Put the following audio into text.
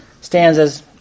stanzas